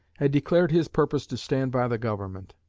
had declared his purpose to stand by the government.